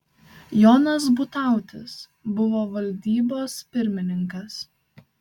jonas butautis buvo valdybos pirmininkas